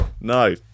no